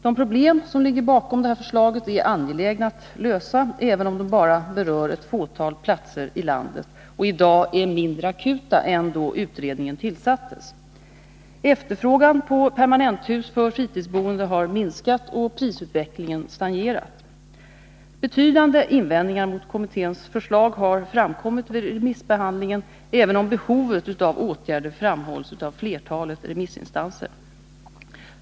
De problem som ligger bakom detta förslag är angelägna att lösa, även om de bara berör ett fåtal platser i landet och i dag är mindre akuta än då utredningen tillsattes. Efterfrågan på permanenthus för fritidsboende har minskat och prisutvecklingen stagnerat. Betydande invändningar mot kommitténs förslag har framkommit vid remissbehandlingen, även om behovet av åtgärder framhålls av flertalet remissinstanser.